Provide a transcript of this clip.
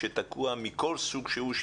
מכל סוג שהוא,